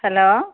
hello